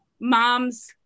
moms